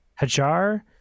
Hajar